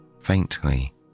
faintly